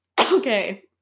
okay